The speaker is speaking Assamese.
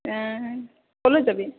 ক'লৈ যাবি